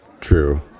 True